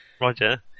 Roger